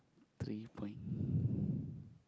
three point